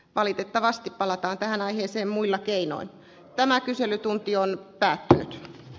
valitettavasti palataan tähän aiheeseen muilla keinoin tämä kyselytunti on vähän